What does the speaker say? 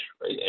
right